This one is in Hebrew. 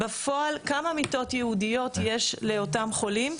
בפועל, כמה מיטות ייעודיות יש לאותם חולים?